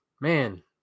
man